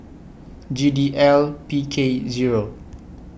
G D L P K Zero